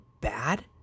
bad